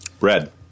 Red